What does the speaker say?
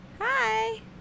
Hi